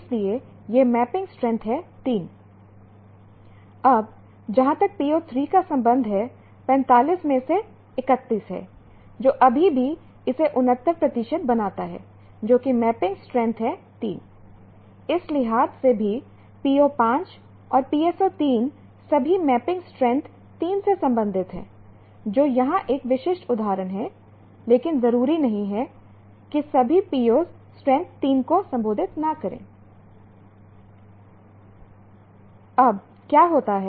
इसलिए यह mapping strength है 3 अब जहाँ तक PO3 का संबंध है 45 में से 31 है जो अभी भी इसे 69 प्रतिशत बनाता है जो कि मैपिंग स्ट्रेंथ है 3I इस लिहाज से भी PO5 और PSO3 सभी मैपिंग स्ट्रेंथ 3 से संबोधित हैं जो यहां एक विशिष्ट उदाहरण है लेकिन जरूरी नहीं है कि सभी POs स्ट्रेंथ 3 को संबोधित न करेंI अब क्या होता है